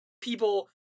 people